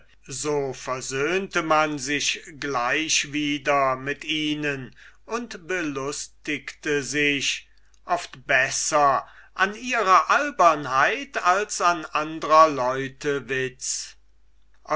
so versöhnte man sich gleich wieder mit ihnen und belustigte sich oft besser an ihrer albernheit als an andrer leute witz